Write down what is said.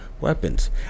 weapons